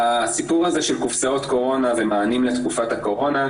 הסיפור הזה של קופסאות קורונה ומענים לתקופת הקורונה,